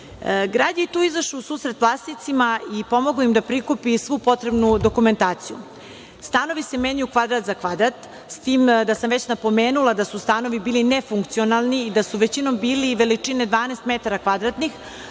je tu izašao u susret vlasnicima i pomogao im da prikupe svu potrebnu dokumentaciju. Stanovi se menjaju kvadrat za kvadrat, s tim da sam već napomenula da su stanovi bili nefunkcionalni i da su većinom bili veličine 12 metara kvadratnih,